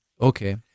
Okay